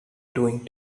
doing